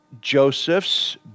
Joseph's